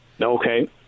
Okay